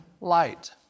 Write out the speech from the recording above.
light